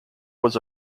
was